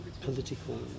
political